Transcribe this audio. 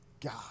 God